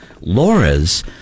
Laura's